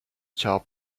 top